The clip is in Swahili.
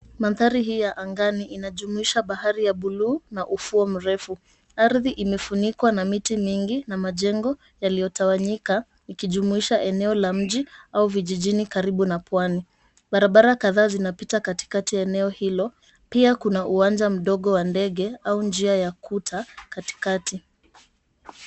Mandhari hii ya angani inajumuisha bahari ya buluu na ufuo mrefu. Ardhi imefunikwa na miti mingi na majengo yaliyotawanyika ikijumuisha eneo la mji au vijijini karibu na pwani. Barabara kadhaa zinapita katikati ya eneo hilo, pia kuna uwanja mdogo wa ndege au njia ya kuta katikati.